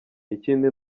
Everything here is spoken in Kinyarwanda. ikindi